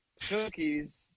cookies